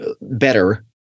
better